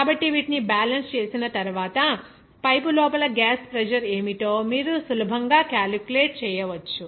కాబట్టి వీటిని బ్యాలెన్స్ చేసిన తరువాత పైపు లోపల గ్యాస్ ప్రెజర్ ఏమిటో మీరు సులభంగా క్యాలిక్యులేట్ చేయవచ్చు